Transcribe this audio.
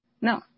No